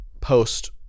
post